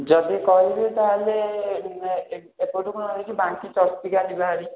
ଯଦି କହିବେ ତାହେଲେ ଏପଟୁ କଣ ହେଉଛି ବାଙ୍କି ଚର୍ଚ୍ଚିକା ଯିବା ଭାରି